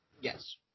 Yes